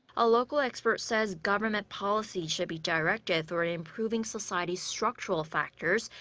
a local expert says government policies should be directed toward improving society's structural factors.